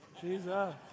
Jesus